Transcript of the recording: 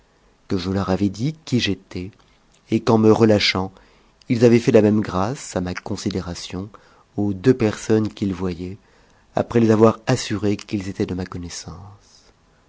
que je leur avais dit j ft us et qu'en me relâchant i s avaient fait la même grâce a ma considération aux deux personnes qu'il voyait après les avoir assurés qu'ils étaient de ma connaissance